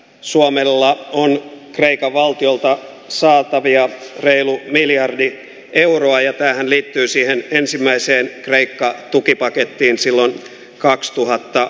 suomella on kreikan valtiolta saatavia reilu miljardi euroa ja tähän liittyy siihen ensimmäiseen leikkaa tukipakettiin silloin kaksituhatta